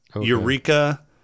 Eureka